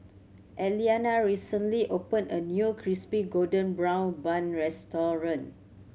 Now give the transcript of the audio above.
Elianna recently opened a new Crispy Golden Brown Bun restaurant